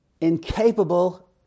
incapable